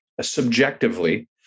subjectively